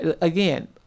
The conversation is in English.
again